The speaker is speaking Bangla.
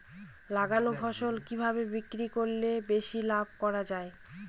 লাগানো ফসল কিভাবে বিক্রি করলে বেশি লাভ করা যায়?